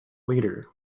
leader